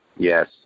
Yes